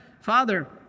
father